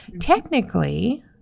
Technically